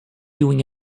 doing